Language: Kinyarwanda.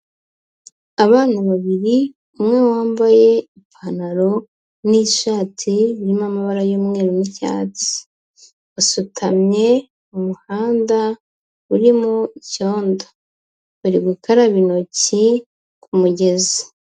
Abana babiri, umwe wambaye ipantaro n'ishati irimo amabara y'umweru n'icyatsi; basutamye mu muhanda urimo icyondo. Bari gukaraba intoki, ku mugezi.